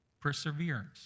perseverance